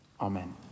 amen